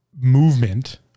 movement